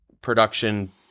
production